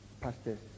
pastors